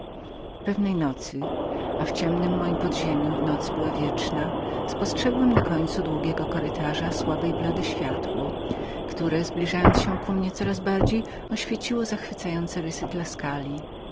pewnej nocy a w ciemnem mojem podziemiu noc była wieczną spostrzegłem na końcu długiego kurytarza słabe i blade światło które coraz ku mnie się zbliżając oświeciło mi zachwycające rysy tuskuli